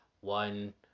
one